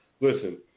listen